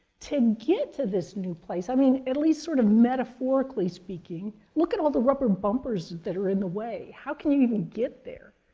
to get to this new place, i mean, at least sort of metaphorically speaking, look at all the rubber bumpers that are in the way. how can you even get there?